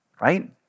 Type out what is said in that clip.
right